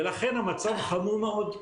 ולכן המצב חמור מאוד,